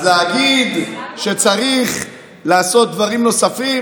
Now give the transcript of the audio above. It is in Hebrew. אז להגיד שצריך לעשות דברים נוספים?